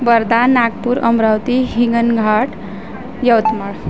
Wardha Nagpur Amravati Hinganghat Yavatmal